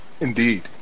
indeed